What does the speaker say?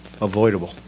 avoidable